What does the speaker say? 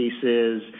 cases